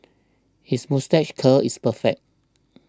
his moustache curl is perfect